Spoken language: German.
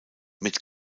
mit